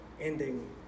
ending